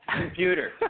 Computer